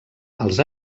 els